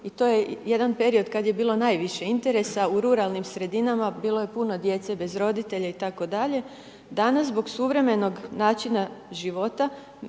i to je jedan period kad je bilo najviše interesa, u ruralnim sredinama bilo je puno djece bez roditelja, i tako dalje. Danas zbog suvremenog načina života,